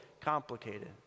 complicated